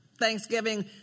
Thanksgiving